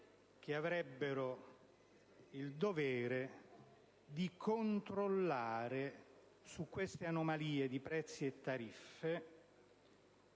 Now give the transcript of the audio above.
che avrebbero il dovere di controllare sulle anomalie di prezzi e tariffe